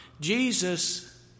Jesus